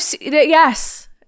yes